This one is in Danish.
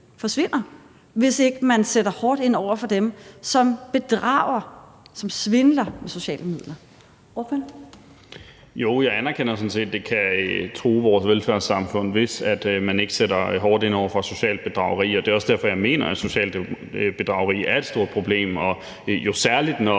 Første næstformand (Karen Ellemann): Ordføreren. Kl. 11:11 Carl Valentin (SF): Jo, jeg anerkender sådan set, at det kan true vores velfærdssamfund, hvis man ikke sætter hårdt ind over for socialt bedrageri. Og det er også derfor, at jeg mener, at socialt bedrageri er et stort problem, og særlig når